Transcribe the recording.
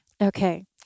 Okay